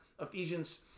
Ephesians